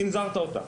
צנזרת אותה,